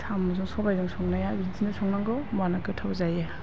साम'जों सबायजों संनाया बिदिनो संनांगौ होनबानो गोथाव जायो